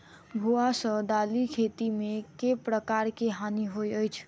भुआ सँ दालि खेती मे केँ प्रकार केँ हानि होइ अछि?